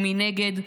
ומנגד,